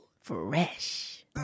Fresh